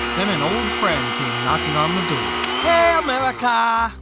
then an old friend came knocking on the door. hey america.